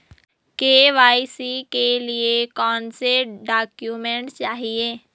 KYC के लिए कौनसे डॉक्यूमेंट चाहिये?